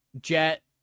Jet